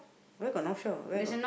where got North Shore where got